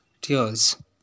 tears